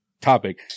topic